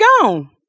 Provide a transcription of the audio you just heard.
gone